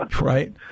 right